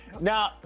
Now